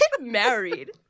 married